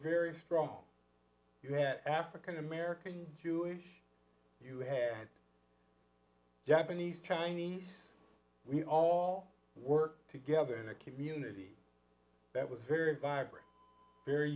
very strong you had african american jewish you had japanese chinese we all work together in a community that was very vibrant very